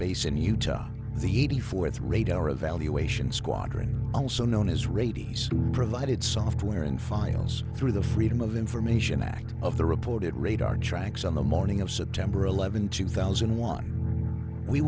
base in utah on the eighty fourth radar evaluation squadron also known as radio provided software and files through the freedom of information act of the reported radar tracks on the morning of september eleventh two thousand and one we